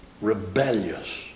Rebellious